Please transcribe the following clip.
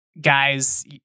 guys